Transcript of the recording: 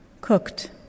cooked